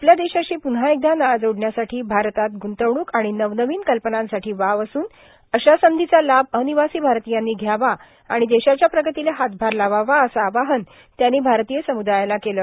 आपल्या देशाशी पुन्हा एकदा नाळ जोडण्यासाठी भारतात ग्रंतवणूक आर्मण नवनवीन कल्पनांसाठो वाव असून अशा संधीचा लाभ र्आनवासी भारतीयांनी घ्यावा आणि देशाच्या प्रगतीला हातभार लावावा असं आवाहन त्यांनी भारतीय समुदायाला केलं